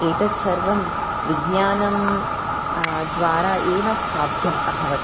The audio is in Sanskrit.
एतत् सर्वं विज्ञानं द्वारा एव साध्यम् अभवत्